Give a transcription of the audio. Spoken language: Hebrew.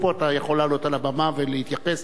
פה אתה יכול לעלות על הבמה ולהתייחס.